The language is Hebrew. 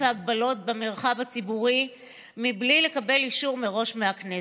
ההגבלות במרחב הציבורי בלי לקבל אישור מראש מהכנסת.